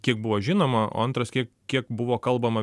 kiek buvo žinoma o antras kiek kiek buvo kalbama